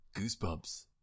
goosebumps